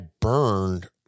burned